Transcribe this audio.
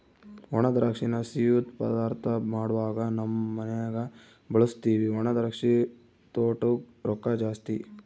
ಒಣದ್ರಾಕ್ಷಿನ ಸಿಯ್ಯುದ್ ಪದಾರ್ಥ ಮಾಡ್ವಾಗ ನಮ್ ಮನ್ಯಗ ಬಳುಸ್ತೀವಿ ಒಣದ್ರಾಕ್ಷಿ ತೊಟೂಗ್ ರೊಕ್ಕ ಜಾಸ್ತಿ